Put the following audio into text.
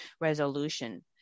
resolution